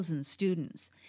Students